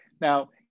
Now